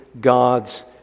God's